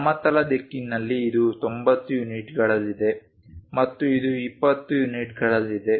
ಸಮತಲ ದಿಕ್ಕಿನಲ್ಲಿ ಇದು 90 ಯೂನಿಟ್ಗಳಲ್ಲಿದೆ ಮತ್ತು ಇದು 20 ಯೂನಿಟ್ಗಳಲ್ಲಿದೆ